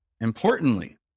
Importantly